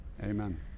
Amen